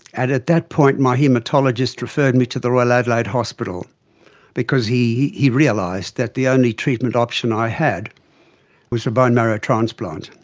at at that point my haematologist referred me to the royal adelaide hospital because he he realised that the only treatment option i had was a bone marrow transplant.